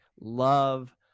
love